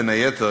בין היתר,